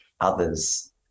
others